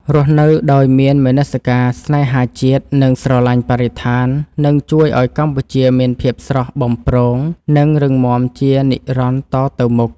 រស់នៅដោយមានមនសិការស្នេហាជាតិនិងស្រឡាញ់បរិស្ថាននឹងជួយឱ្យកម្ពុជាមានភាពស្រស់បំព្រង និង រឹងមាំជានិរន្តរ៍តទៅមុខ។